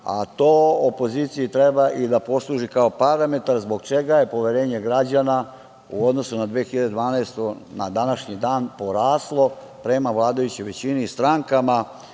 a to opoziciji treba i da posluži kao parametar zbog čega je poverenje građana u odnosu na 2012. godinu na današnji dan poraslo prema vladajućoj većini i strankama